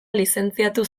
lizentziatu